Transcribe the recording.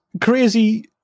crazy